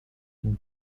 une